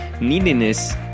neediness